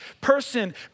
person